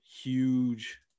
Huge